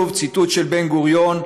שוב ציטוט של בן-גוריון,